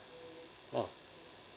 oh